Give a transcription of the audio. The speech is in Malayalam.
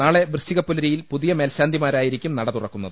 നാളെ വൃശ്ചികപ്പുലരിയിൽ പുതിയ മേൽശാന്തിമാരായിരിക്കും നട തുറ ക്കുന്നത്